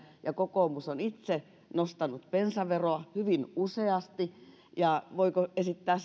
historia ja kokoomus on itse nostanut bensaveroa hyvin useasti voiko esittää